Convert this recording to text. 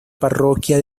parroquia